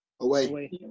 Away